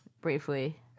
briefly